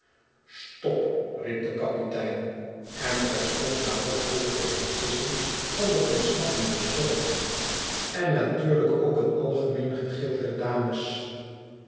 stop riep de kapitein en terstond daarop volgde het sissen van den ontsnappenden stoom en natuurlijk ook een algemeen gegil der dames